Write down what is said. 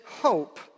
hope